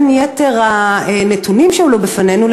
בין יתר הנתונים שעלו בפנינו,